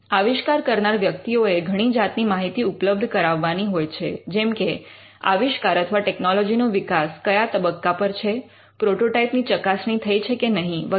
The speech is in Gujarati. આવિષ્કાર કરનાર વ્યક્તિઓ એ ઘણી જાતની માહિતી ઉપલબ્ધ કરાવવાની હોય છે જેમ કે આવિષ્કાર અથવા ટેકનોલોજીનો વિકાસ કયા તબક્કા પર છે પ્રોટોટાઇપ ની ચકાસણી થઇ છે કે નહીં વગેરે